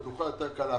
זה יותר קל לעשות.